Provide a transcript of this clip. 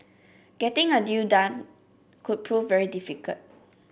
getting a deal done could prove very difficult